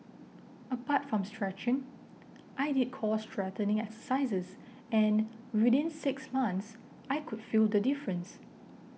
apart from stretching I did core strengthening exercises and within six months I could feel the difference